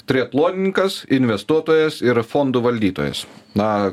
triatlonininkas investuotojas ir fondų valdytojas na